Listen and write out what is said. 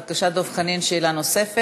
בבקשה, דב חנין, שאלה נוספת.